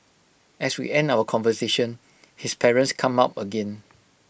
as we end our conversation his parents come up again